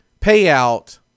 payout